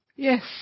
Yes